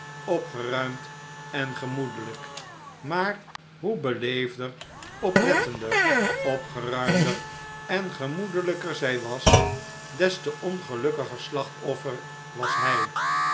opgeruimd en gemoedelijk maar hoe beleefder oplettender opgeruimder en gemoedelijker zij was des te ongelukkiger slachtoffer was hij